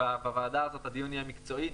שבוועדה הזאת הדיון יהיה מקצועי.